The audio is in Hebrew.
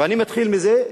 ואני מתחיל מזה,